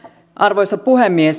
arvoisa puhemies